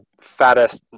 fattest